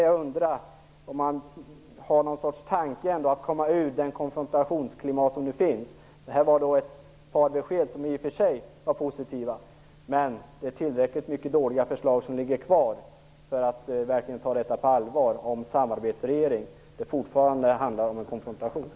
Jag undrar om man har någon tanke på att komma ur det konfrontationsklimatet som råder. Det här var ett par besked som i och för sig var positiva, men det finns tillräckligt många dåliga förslag som ligger kvar för att vi skall kunna ta talet om samarbetsregering på allvar. Det handlar fortfarande om en konfrontation.